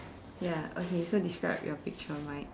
ya okay so describe your picture right